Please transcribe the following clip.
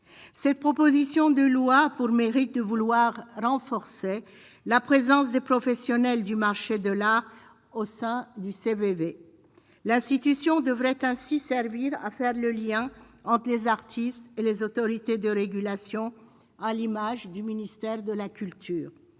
cette proposition de loi pour mérite de vouloir renforcer la présence des professionnels du marché de l'art au sein du CV, la situation devrait ainsi servir à faire le lien entre les artistes et les autorités de régulation à l'image du ministère de la culture,